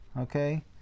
Okay